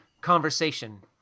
conversation